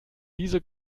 diese